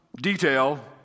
detail